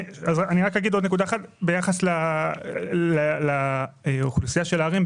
אני רק אגיד עוד דבר אחד ביחס לאוכלוסייה של הערים.